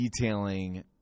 detailing